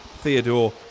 Theodore